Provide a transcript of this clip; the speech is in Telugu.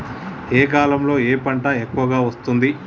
ఏ కాలంలో ఏ పంట ఎక్కువ వస్తోంది?